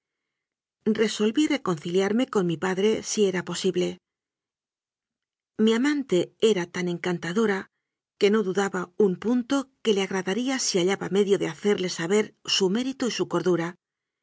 resolví reconciliarme con mi padre si era posi ble mi amante era tan encantadora que no duda ba un punto que le agradaría si hallaba medio de hacerle saber su mérito y su cordura